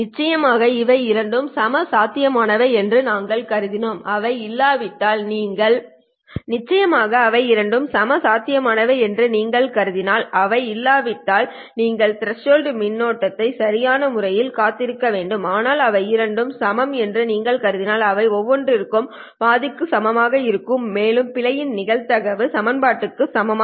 நிச்சயமாக இவை இரண்டும் சம சாத்தியமானவை என்று நாங்கள் கருதினோம் அவை இல்லாவிட்டால் நீங்கள் த்ரெஷோல்ட் மின்னோட்டத்தை சரியான முறையில் காத்திருக்க வேண்டும் ஆனால் இவை இரண்டும் சமம் என்று நீங்கள் கருதினால் அவை ஒவ்வொன்றும் பாதிக்கு சமமாக இருக்கும் மேலும் பிழையின் நிகழ்தகவு சமமாக இருங்கள் Pe12QIth01 QRP1r Ith1